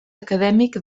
acadèmic